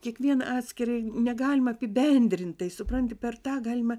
kiekvieną atskirai negalima apibendrintai supranti per tą galima